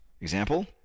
Example